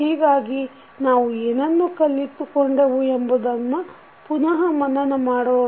ಹೀಗಾಗಿ ನಾವು ಏನನ್ನು ಕಲಿತುಕೊಂಡೆವು ಎಂಬುದನ್ನು ಪುನಃ ಮನನ ಮಾಡೋಣ